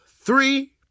three